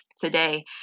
today